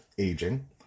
Aging